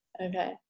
Okay